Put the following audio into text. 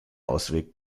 ausweg